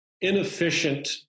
inefficient